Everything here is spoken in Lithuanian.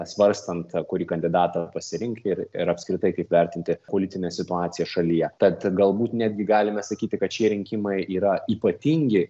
svarstant kurį kandidatą pasirinkti ir ir apskritai kaip vertinti politinę situaciją šalyje tad galbūt netgi galime sakyti kad šie rinkimai yra ypatingi